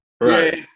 Right